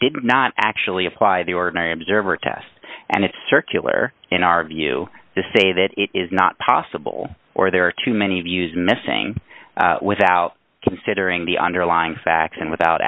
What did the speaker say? did not actually apply the ordinary observer test and it's circular in our view to say that it is not possible or there are too many views missing without considering the underlying facts and without